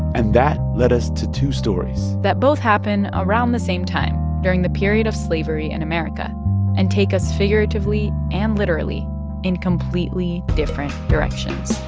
and that led us to two stories that both happen around the same time during the period of slavery in america and take us figuratively and literally in completely different directions